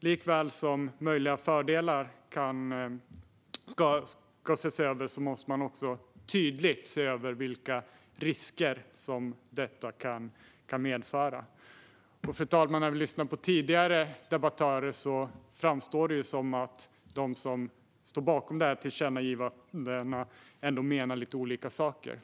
Lika väl som möjliga fördelar ska ses över måste man tydligt se över vilka risker detta kan medföra. Fru talman! Av tidigare debattörer framstår det som att de som står bakom tillkännagivandena ändå menar lite olika saker.